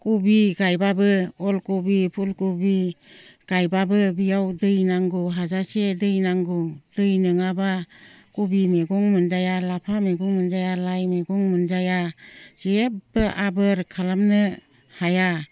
कबि गायबाबो अलकबि फुलकबि गायबाबो बेयाव दै नांगौ हाजासे दै नांगौ दै नङाबा कबि मैगं मोनजाया लाफा मैगं मोनजाया लाइ मैगं मोनजाया जेबो आबोर खालामनो हाया